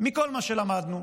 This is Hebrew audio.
מכל מה שלמדנו,